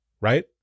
right